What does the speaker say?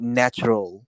natural